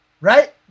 right